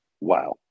wow